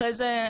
אחרי זה,